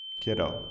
Kiddo